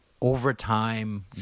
overtime